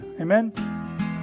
Amen